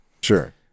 sure